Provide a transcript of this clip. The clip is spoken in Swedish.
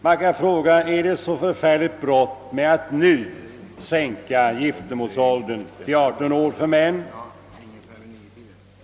Man kan fråga: Är det så förfärligt brått med att nu sänka giftermålsåldern till 18 år för män?